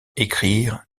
écrire